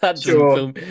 Sure